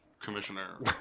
commissioner